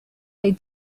they